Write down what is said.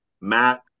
Matt